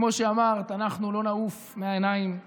חברי הכנסת, אנחנו נעבור להצבעה.